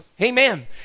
amen